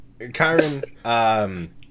Kyron